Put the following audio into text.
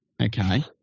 Okay